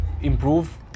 improve